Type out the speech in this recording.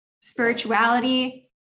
spirituality